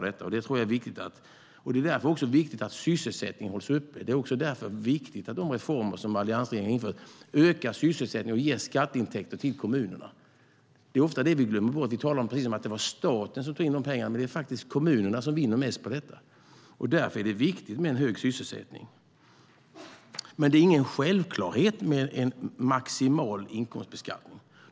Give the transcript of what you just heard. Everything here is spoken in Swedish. Därför är det också viktigt att sysselsättningen hålls uppe, och det är därför också viktigt att de reformer som alliansregeringen har genomfört ökar sysselsättningen och ger skatteintäkter till kommunerna. Det är ofta det vi glömmer bort. Vi talar som om det är staten som tar in pengarna, men det är faktiskt kommunerna som vinner mest på detta. Därför är det viktigt med en hög sysselsättning. Det är ingen självklarhet med maximal inkomstbeskattning.